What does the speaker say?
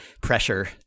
pressure